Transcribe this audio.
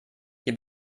ihr